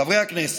חברי הכנסת,